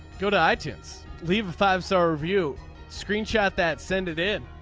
go to items leave a five star review screenshot that send it in.